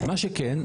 מה שכן,